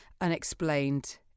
unexplained